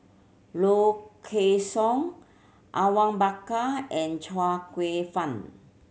Low Kway Song Awang Bakar and Chia Kwek Fah